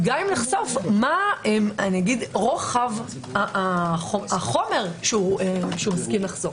וגם אם כן, מה רוחב החומר שהוא הסכים לחשוף.